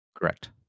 Correct